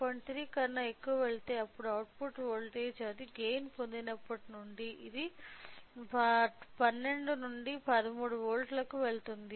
3 కన్నా ఎక్కువ వెళితే అప్పుడు అవుట్పుట్ వోల్టేజ్ అది గైన్ పొందినప్పటి నుండి ఇది 12 నుండి 13 వోల్ట్లకు వెళుతుంది